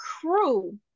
crew